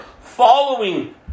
following